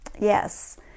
Yes